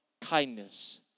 kindness